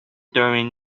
during